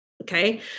Okay